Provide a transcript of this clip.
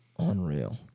Unreal